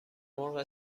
مرغ